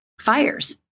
fires